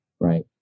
Right